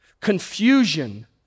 confusion